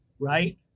right